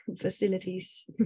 facilities